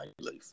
life